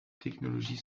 technologies